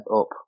up